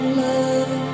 love